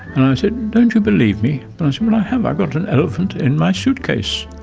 and i said, don't you believe me? but but i have, i've got an elephant in my suitcase.